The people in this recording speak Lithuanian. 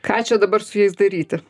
ką čia dabar su jais daryti